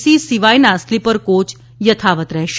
C સિવાયના sleeper coach યથાવત રહેશે